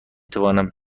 توانم